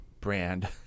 brand